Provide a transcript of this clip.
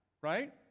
Right